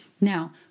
Now